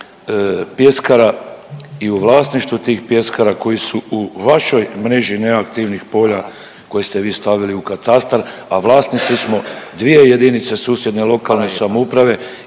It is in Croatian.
pjeskara i u vlasništvu tih pjeskara koji su u vašoj mreži neaktivnih polja koje ste vi stavili u katastar, a vlasnici smo dvije jedinice susjedne lokalne samouprave